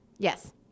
Yes